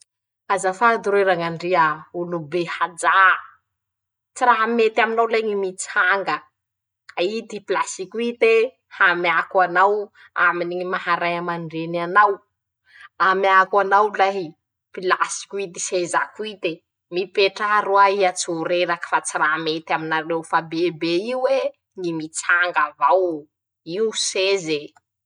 <...>Azafady roe rañandria, olobe hajà, tsy raha mety aminao lahy ñy mitsanga, ka ity pilasiko ite, hameako anao, aminy ñy maha ray aman-dreny anao, ameako lahy pilasy ko ity sezako ite, mipetraha roahy iha tso reraky fa tsy ra mety amin'areo fa bebe io e ñy mitsanga avao, io seze.